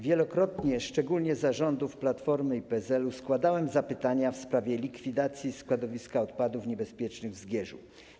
Wielokrotnie, szczególnie za rządów Platformy i PSL-u, składałem zapytania w sprawie likwidacji składowiska odpadów niebezpiecznych w Zgierzu.